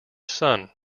son